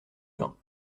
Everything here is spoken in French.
vin